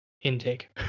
intake